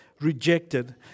rejected